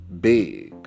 Big